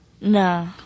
No